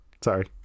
sorry